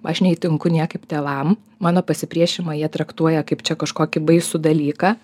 aš neįtinku niekaip tėvam mano pasipriešinimą jie traktuoja kaip čia kažkokį baisų dalyką